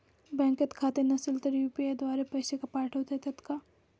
बँकेत खाते नसेल तर यू.पी.आय द्वारे पैसे पाठवता येतात का?